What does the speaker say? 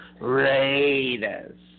Raiders